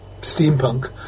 steampunk